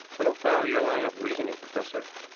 i don't follow your line of reasoning, professor.